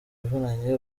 ivunanye